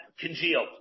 congealed